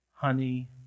Honey